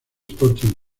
sporting